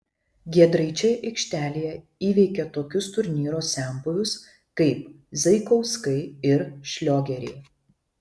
giedraičiai aikštelėje įveikė tokius turnyro senbuvius kaip zaikauskai ir šliogeriai